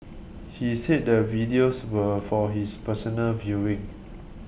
he said the videos were for his personal viewing